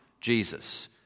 Jesus